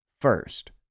First